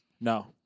No